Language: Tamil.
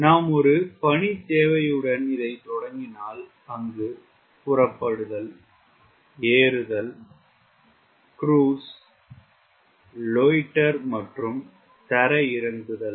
நாம் ஒரு பணித் தேவையுடன் இதை தொடங்கினால் அங்கு புறப்படுதல் ஏறுதல் க்ருஸ் லோய்ட்டர் மற்றும் தரையிறங்குதல்